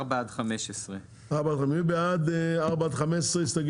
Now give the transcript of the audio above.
עד 30. מי בעד ההסתייגויות?